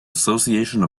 association